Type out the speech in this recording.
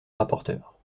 rapporteur